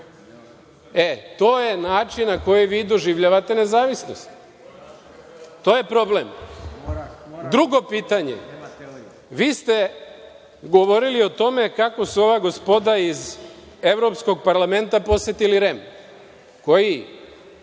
To je način na koji vi doživljavate nezavisnost. To je problem. Drugo pitanje. Vi ste govorili o tome kako su ova gospoda iz Evropskog parlamenta posetili REM. Koji?